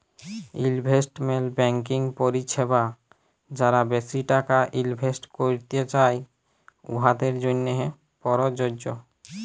investment banking পরিছেবা যারা বেশি টাকা ইলভেস্ট ক্যইরতে চায়, উয়াদের জ্যনহে পরযজ্য